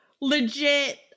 Legit